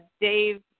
Dave